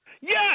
Yes